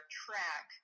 track